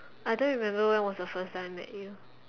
I don't remember when was the first time I met you